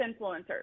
influencers –